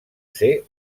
ser